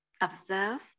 observe